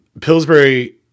Pillsbury